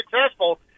successful